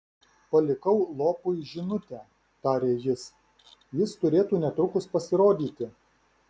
palikau lopui žinutę tarė jis jis turėtų netrukus pasirodyti